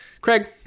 craig